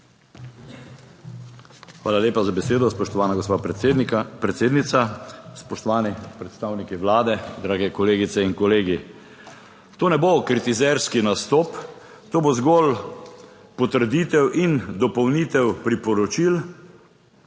Hvala lepa za besedo, spoštovana gospa predsednica. Spoštovani predstavniki Vlade, drage kolegice in kolegi. To ne bo kritizerski nastop, to bo zgolj potrditev in dopolnitev priporočil,